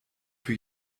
für